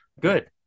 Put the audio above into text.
good